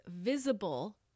visible